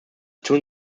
tun